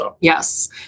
Yes